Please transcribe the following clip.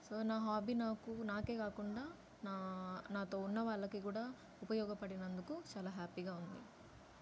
so నా hobby నాకు నాకే కాకుండా నా నాతో ఉన్నవాళ్ళకి కూడా ఉపయోగపడినందుకు చాలా హ్యాపీగా ఉంది